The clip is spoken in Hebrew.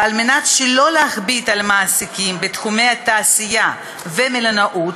וכדי שלא להכביד על מעסיקים בתחומי תעשייה ומלונאות,